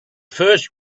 first